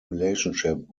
relationship